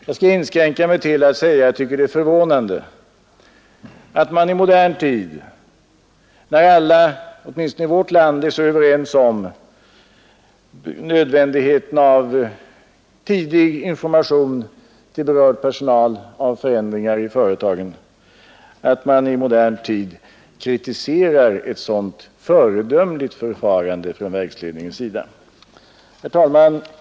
Jag skall inskränka mig till att säga att jag tycker att det är förvånande att man i modern tid, när alla — åtminstone i vårt land — är så överens om nödvändigheten av tidig information till berörd personal om förändringar i företagen, kritiserar ett sådant föredömligt förfarande från verksledningens sida. Herr talman!